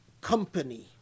company